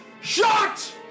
Shot